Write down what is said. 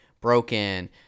broken